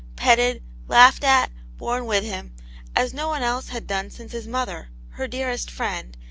petted laughed at, borne with him as no one else had done since his mother, her dearest friend,